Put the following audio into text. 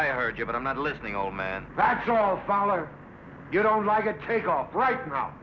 i heard you but i'm not listening oh man that's all follow you don't like a take off right now